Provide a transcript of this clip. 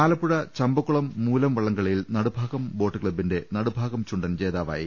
ആലപ്പുഴ ചമ്പക്കുളം മൂലം വളളംകളിയിൽ നടുഭാഗം ബോട്ട് ക്സബ്ബിന്റെ നടുഭാഗം പ്രുണ്ടൻ ജേതാവായി